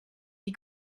des